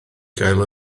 gael